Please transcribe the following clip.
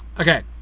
Okay